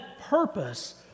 purpose